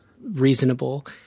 reasonable